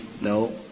No